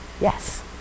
Yes